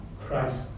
Christ